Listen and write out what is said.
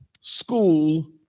school